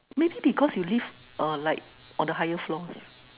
maybe because you live uh like on the higher floor